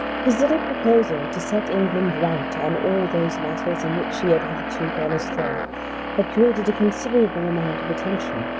his little proposal to set england right on all those matters in which she had hitherto gone astray had created a considerable amount of attention.